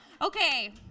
Okay